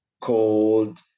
called